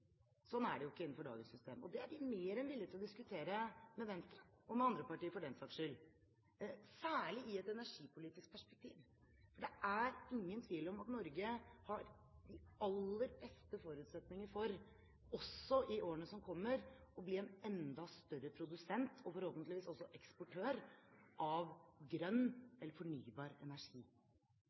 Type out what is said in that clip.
Sånn er det ikke innenfor dagens system, og det er vi mer enn villige til å diskutere med Venstre og med andre partier for den saks skyld – særlig i et energipolitisk perspektiv. Det er ingen tvil om at Norge har de aller beste forutsetninger for, også i årene som kommer, å bli en enda større produsent – forhåpentligvis også eksportør – av grønn, eller fornybar, energi.